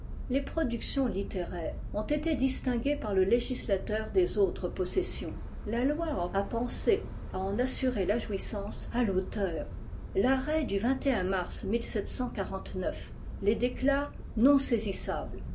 les productions littéraires ont été distinguées par le législateur des autres possessions la loi a pensé à en assurer la jouissance à l'auteur l'arrêt du mars les déclare non